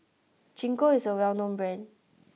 gingko is a well known brand